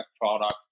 product